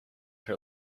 her